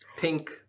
pink